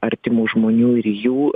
artimų žmonių ir jų